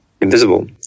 invisible